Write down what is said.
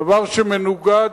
דבר שמנוגד